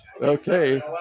Okay